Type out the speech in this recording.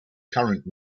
current